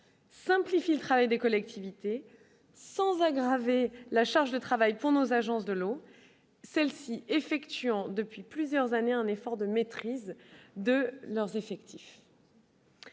Simplifie le travail des collectivités sans aggraver la charge de travail pour nos agences de l'eau, celle-ci effectuant depuis plusieurs années un effort de maîtrise de leurs effectifs.